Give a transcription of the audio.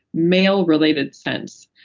male related scents.